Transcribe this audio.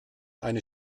eine